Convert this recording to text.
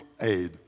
aid